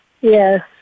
Yes